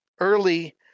early